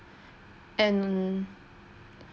and